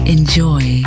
Enjoy